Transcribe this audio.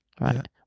right